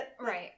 Right